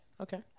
Okay